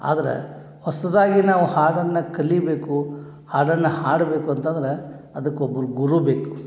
ಆದ್ರೆ ಹೊಸದಾಗಿ ನಾವು ಹಾಡನ್ನು ಕಲಿಬೇಕು ಹಾಡನ್ನು ಹಾಡಬೇಕು ಅಂತಂದ್ರೆ ಅದಕ್ಕೆ ಒಬ್ಬರು ಗುರು ಬೇಕು